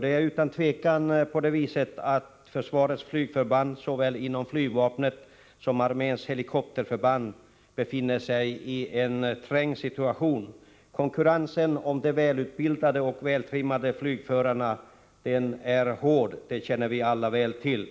Det är utan tvivel på det viset att försvarets flygförband, såväl inom flygvapnet som inom arméns helikopterförband, befinner sig i en trängd situation. Konkurrensen om de välutbildade och vältrimmade flygförarna är hård. Det känner vi alla väl till.